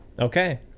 Okay